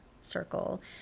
circle